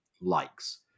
likes